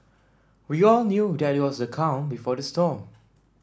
we all knew that it was the calm before the storm